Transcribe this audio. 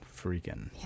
freaking